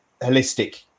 holistic